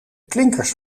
klinkers